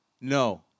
no